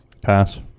Pass